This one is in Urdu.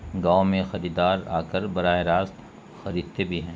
گاؤں میں خریدار آ کر براہ راست خریدتے بھی ہیں